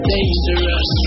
Dangerous